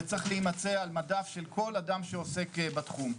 זה צריך להימצא על מדף של כל אדם שעוסק בתחום.